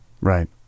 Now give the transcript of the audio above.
Right